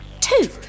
Two